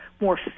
more